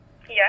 Yes